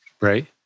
right